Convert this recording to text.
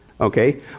okay